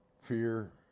Fear